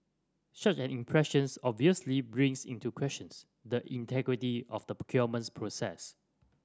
such an impressions obviously brings into questions the integrity of the procurements process